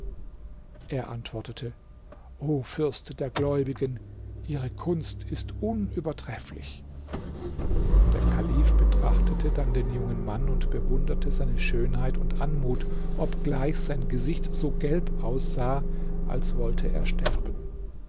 er antwortete o fürst der gläubigen ihre kunst ist unübertrefflich der kalif betrachtete dann den jungen mann und bewunderte seine schönheit und anmut obgleich sein gesicht so gelb aussah als wollte er sterben